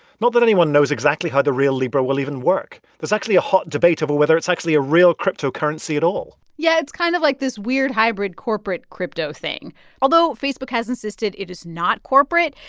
not that anyone knows exactly how the real libra will even work. there's actually a hot debate over whether it's actually a real cryptocurrency at all yeah, it's kind of like this weird hybrid corporate crypto-thing, although facebook has insisted it is not corporate,